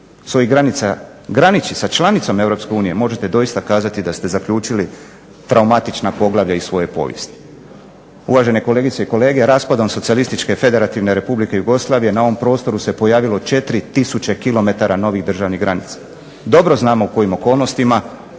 svojih granica graniči sa članicom Europske unije možete doista kazati da ste zaključili traumatična poglavlja iz svoje povijesti. Uvažene kolegice i kolege, raspadom Socijalističke Federativne Republike Jugoslavije na ovom prostoru se pojavilo 4000 km novih državnih granica. Dobro znamo u kojim okolnostima